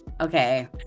Okay